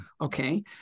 okay